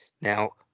Now